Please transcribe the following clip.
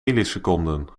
milliseconden